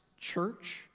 church